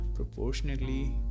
proportionately